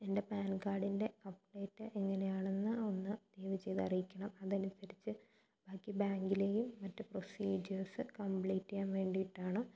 എൻ്റെ പാൻ കാർഡിൻ്റെ അപ്ഡേറ്റ് എങ്ങനെയാണെന്ന് ഒന്ന് ദയവ്ചെയ്ത് അറിയിക്കണം അതനുസരിച്ച് ബാക്കി ബാങ്കിലെയും മറ്റു പ്രൊസീജിയേഴ്സ് കംപ്ലീറ്റ് ചെയ്യാൻവേണ്ടിയിട്ടാണ്